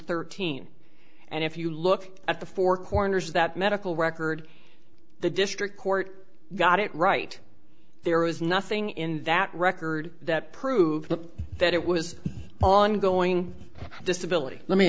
thirteen and if you look at the four corners that medical record the district court got it right there was nothing in that record that proved that it was ongoing disability let me